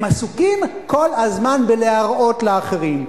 הם עסוקים כל הזמן בלהראות לאחרים.